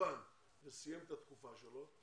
באולפן וסיים את התקופה שלו,